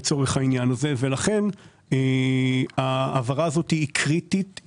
לכן ההעברה הזאת קריטית.